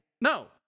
No